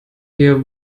wir